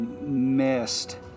missed